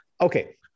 Okay